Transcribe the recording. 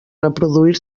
reproduir